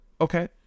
Okay